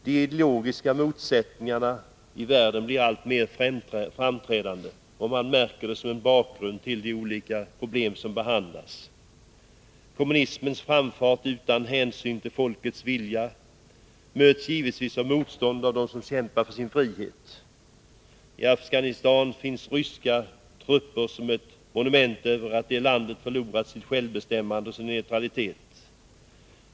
De ideologiska motsättningarna i världen blir alltmer framträdande. Man märker det som en bakgrund till de olika problem som behandlas. Kommunismens framfart, utan hänsyn till folkets vilja, möts givetvis av motstånd från dem som kämpar för sin frihet. I Afghanistan finns ryska trupper som ett monument över att det landet förlorat sitt självbestämmande och sin neutralitet.